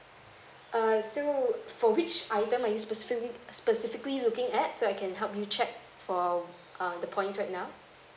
err so for which item are you specifi~ specifically looking at so I can help you check for uh the points right now